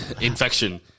infection